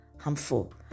harmful